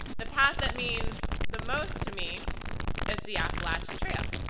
the path that means the most to me is the appalachian trail,